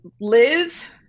Liz